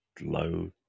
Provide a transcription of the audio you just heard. low